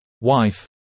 Wife